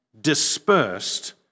dispersed